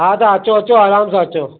हा तव्हां अचो अचो आराम सां अचो